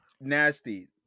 Nasty